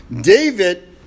David